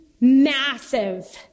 massive